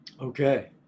Okay